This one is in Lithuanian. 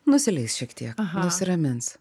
nusileis šiek tiek nusiramins